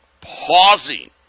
pausing